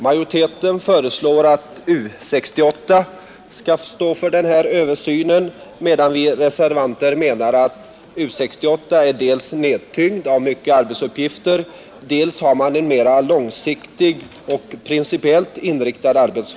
Majoriteten föreslår att U 68 skall stå för översynen, medan vi reservanter menar att U 68 dels är tyngd av många arbetsuppgifter, dels har ett mera långsiktigt och principiellt inriktat arbete.